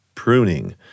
pruning